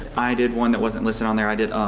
i did one that wasn't listed on there i did